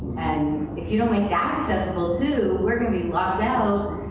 and if you don't make that accessible, too, we're going to be locked out.